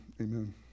amen